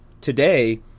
today